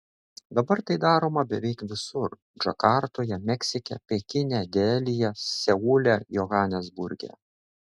dabar tai daroma beveik visur džakartoje meksike pekine delyje seule johanesburge